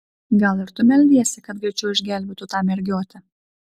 gal ir tu meldiesi kad greičiau išgelbėtų tą mergiotę